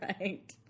right